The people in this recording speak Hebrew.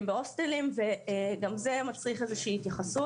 בהוסטלים וגם זה מצריך איזושהי התייחסות.